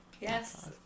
Yes